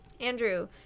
Andrew